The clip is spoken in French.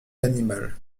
l’animal